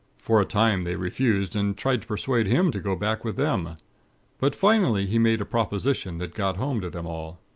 for a time they refused, and tried to persuade him to go back with them but finally he made a proposition that got home to them all.